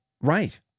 Right